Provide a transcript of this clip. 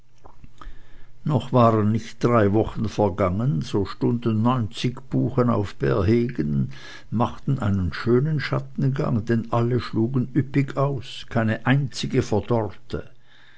noch waren nicht drei wochen vergangen so stunden neunzig buchen auf bärhegen machten einen schönen schattengang denn alle schlugen üppig aus keine einzige verdorrte